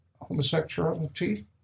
homosexuality